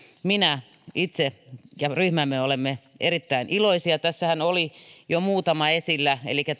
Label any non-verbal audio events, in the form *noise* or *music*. minä itse ja ryhmämme olemme erittäin iloisia tässähän oli jo muutama esillä elikkä *unintelligible*